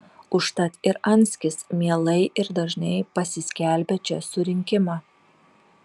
užtat ir anskis mielai ir dažnai pasiskelbia čia surinkimą